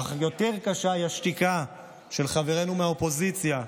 אך יותר קשה היא השתיקה של חברינו מהאופוזיציה.